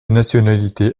nationalité